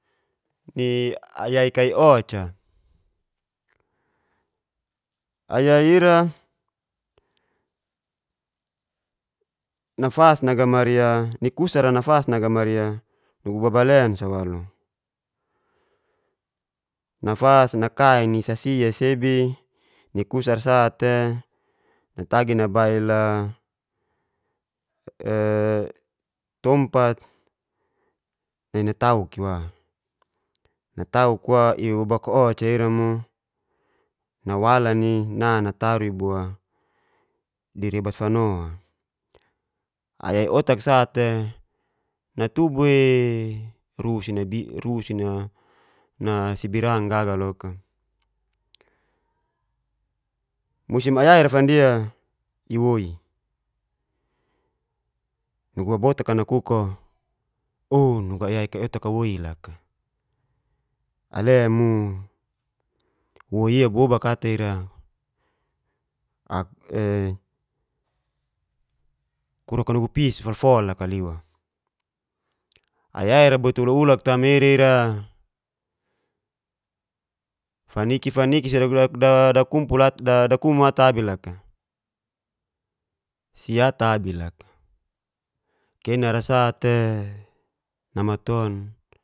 Ni aya'i kai oca aya'i ira nafas naga mari'a, ni kusar'a nafas naga mari'a nugu baba len sa walu, nafas naka'i ni sasia sebi nikusar sate natagi nabail'a tompat nai natau'i wa, natauk wa me ibobobak oca ira mo nawalan'i na nataru iboa di rebat fanoa aya'i otak sa'te natubu eee na sabirang gaga loka. Musim aya'ira fandia iwoi, nugu babotak'a nakuk'o o nugu aya'i kai otak'a woi laka, ale mo woi'i bobok ata ira kuroka nugu pis fol-fol laka liwa, aya'ira bot ulak- ulak tama ira-ira faniki-faniki daku ata abi laka, kenara sa'te namaton.